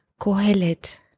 Kohelet